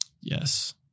Yes